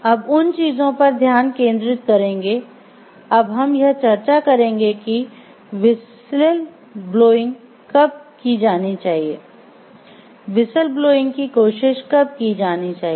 अब उन चीजों पर ध्यान केंद्रित करेंगे अब हम यह चर्चा करेंगे कि व्हिसिल ब्लोइंग कब की जानी चाहिए व्हिसल ब्लोइंग की कोशिश कब की जानी चाहिए